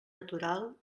natural